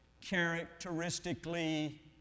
characteristically